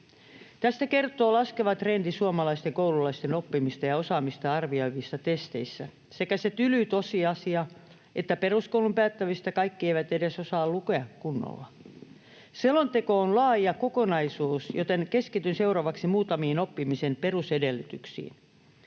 Tästä kertoo laskeva trendi suomalaisten koululaisten oppimista ja osaamista arvioivissa testeissä sekä se tyly tosiasia, että peruskoulun päättävistä kaikki eivät edes osaa lukea kunnolla. Selonteko on laaja kokonaisuus, joten keskityn seuraavaksi muutamiin oppimisen pe-rusedellytyksiin: